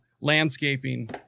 landscaping